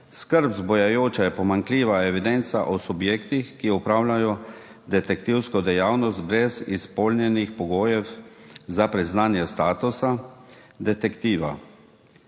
Skrb vzbujajoča je pomanjkljiva evidenca o subjektih, ki opravljajo detektivsko dejavnost brez izpolnjenih pogojev za priznanje statusa detektiva.